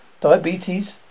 diabetes